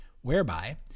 Whereby